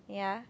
ya